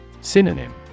Synonym